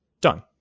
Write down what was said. Done